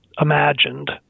imagined